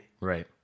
Right